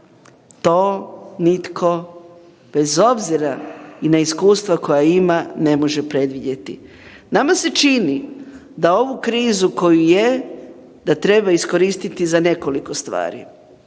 to nitko bez obzira i na iskustva koja ima ne može predvidjeti. Nama se čini da ovu krizu koju je da treba iskoristiti za nekoliko stvari.